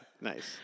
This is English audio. nice